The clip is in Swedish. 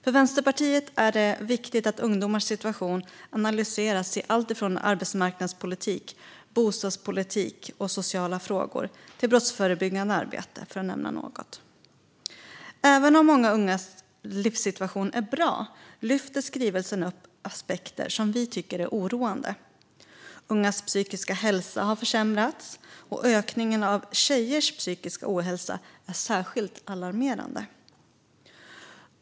För Vänsterpartiet är det viktigt att ungdomars situation analyseras i allt från arbetsmarknadspolitik, bostadspolitik och sociala frågor till brottsförebyggande arbete, för att nämna något. Även om många ungas livssituation är bra lyfter skrivelsen fram aspekter som vi tycker är oroande. Ungas psykiska hälsa har försämrats, och ökningen av tjejers psykiska ohälsa är särskilt alarmerande.